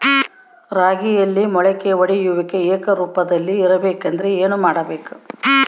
ರಾಗಿಯಲ್ಲಿ ಮೊಳಕೆ ಒಡೆಯುವಿಕೆ ಏಕರೂಪದಲ್ಲಿ ಇರಬೇಕೆಂದರೆ ಏನು ಮಾಡಬೇಕು?